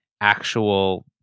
actual